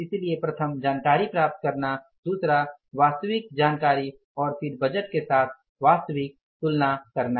इसलिए प्रथम जानकारी प्राप्त करना दूसरा वास्तविक जानकारी और फिर बजट के साथ वास्तविक तुलना करना